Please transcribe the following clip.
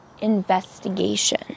investigation